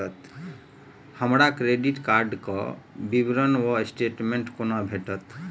हमरा credit card केँ विवरण वा स्टेटमेंट कोना भेटत?